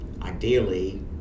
Ideally